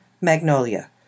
Magnolia